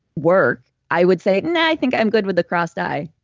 work, i would say, no, i think i'm good with the crossed eye.